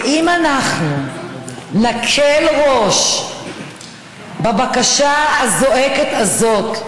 ואם אנחנו נקל ראש בבקשה הזועקת הזאת,